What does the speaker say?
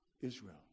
Israel